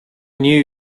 knew